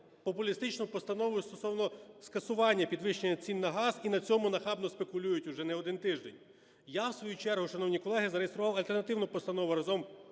популістичну постанову стосовно скасування підвищення цін на газ, і на цьому нахабно спекулюють уже не один тиждень. Я в свою чергу, шановні колеги, зареєстрував альтернативну постанову разом